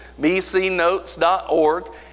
bcnotes.org